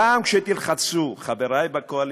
גם כשתלחצו, חברי בקואליציה,